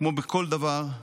כמו בכל דבר,